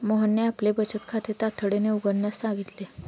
मोहनने आपले बचत खाते तातडीने उघडण्यास सांगितले